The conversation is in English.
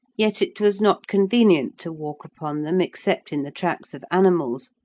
yet it was not convenient to walk upon them except in the tracks of animals,